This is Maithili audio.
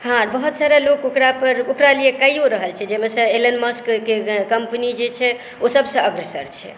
हँ बहुत सारा लोक ओकरा पर कार्य कइयो रहल छै जैमे से एलएन मास्क कम्पनी जे छै ओ सभसँ अग्रसर छै